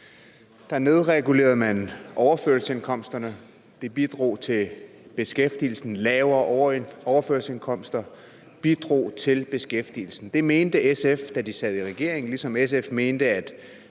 nedregulerede man overførselsindkomsterne, det bidrog til beskæftigelsen – lavere overførselsindkomster bidrog til beskæftigelsen. Det mente SF, da de sad i regering, ligesom SF mente, at